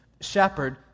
shepherd